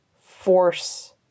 force